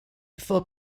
for